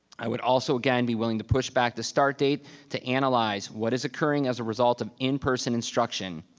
i would also again, be willing to push back the start date to analyze what is occurring as a result of in-person instruction.